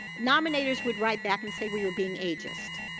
nominators would write back and say, well, you're being agist.